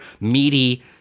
meaty